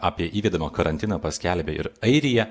apie įvedamą karantiną paskelbė ir airija